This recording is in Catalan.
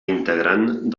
integrant